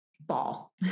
ball